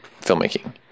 filmmaking